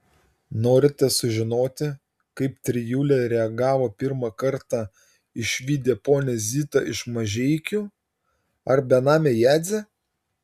norite sužinoti kaip trijulė reagavo pirmą kartą išvydę ponią zitą iš mažeikių ar benamę jadzę